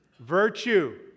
Virtue